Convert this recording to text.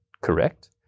correct